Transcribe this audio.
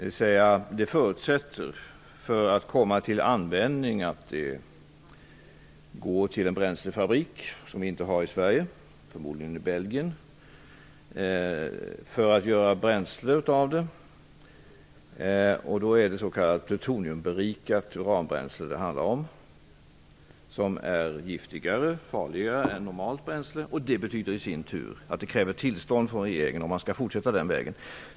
För att det skall kunna komma till användning förutsätter det att plutoniumet går till en bränslefabrik, förmodligen en bränslefabrik i Belgien för bränsleproduktion -- i Sverige finns det inte någon sådan fabrik. Det handlar då om plutoniumberikat uranbränsle, som är giftigare och farligare än normalt bränsle. Det betyder i sin tur att det krävs tillstånd från regeringen för att man skall kunna fortsätta den vägen.